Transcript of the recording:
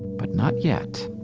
but not yet.